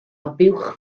buwch